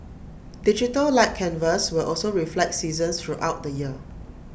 digital light canvas will also reflect seasons throughout the year